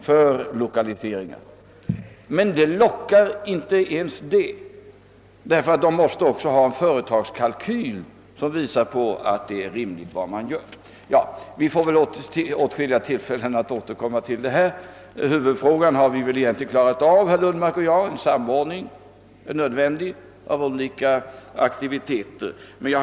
Men inte ens dessa villkor lockar företagen eftersom de också måste kunna falla tillbaka på en företagskalkyl, som visar att det är rimligt att genomföra en omlokalisering. Det blir säkerligen åtskilliga tillfällen att återkomma till dessa spörsmål. Men huvudfrågan i interpellationen har väl herr Lundmark och jag klarat av: vi vet att en samordning mellan olika aktiviteter är nödvändig.